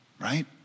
right